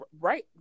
right